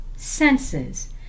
Senses